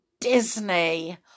Disney